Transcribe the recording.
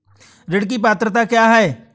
ऋण की पात्रता क्या है?